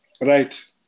right